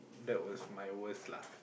that was my worst lah